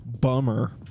Bummer